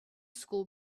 school